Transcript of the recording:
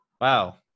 Wow